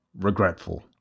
regretful